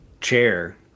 chair